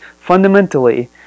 fundamentally